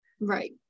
Right